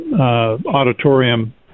auditorium